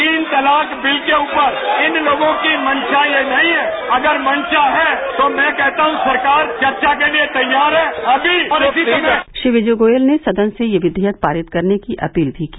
तीन तलाक विल के ऊपर इन लोगों की मंशा ये नहीं है अगर मंशा है तो मैं कहता हूं सरकार चर्चा के लिए तैयार है अभी और इसी समय श्री विजय गोयल ने सदन से यह विधेयक पारित करने की अपील भी की